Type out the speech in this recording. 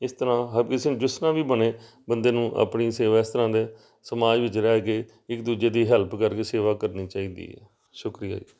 ਇਸ ਤਰ੍ਹਾਂ ਹਰਪ੍ਰੀਤ ਸਿੰਘ ਜਿਸ ਤਰ੍ਹਾਂ ਵੀ ਬਣੇ ਬੰਦੇ ਨੂੰ ਆਪਣੀ ਸੇਵਾ ਇਸ ਤਰ੍ਹਾਂ ਦੇ ਸਮਾਜ ਵਿੱਚ ਰਹਿ ਕੇ ਇੱਕ ਦੂਜੇ ਦੀ ਹੈਲਪ ਕਰਕੇ ਸੇਵਾ ਕਰਨੀ ਚਾਹੀਦੀ ਹੈ ਸ਼ੁਕਰੀਆ